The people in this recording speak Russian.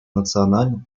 национальном